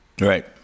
Right